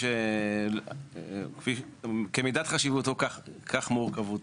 כמידת חשיבותו כך מורכבותו.